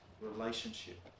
relationship